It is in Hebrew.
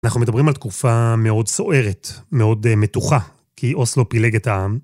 אנחנו מדברים על תקופה מאוד סוערת, מאוד מתוחה כי אוסלו פילג את העם.